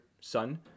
son